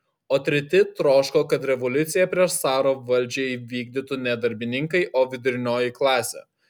o treti troško kad revoliuciją prieš caro valdžią įvykdytų ne darbininkai o vidurinioji klasė